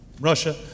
Russia